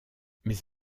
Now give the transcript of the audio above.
mais